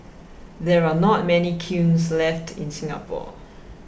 there are not many kilns left in Singapore